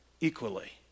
equally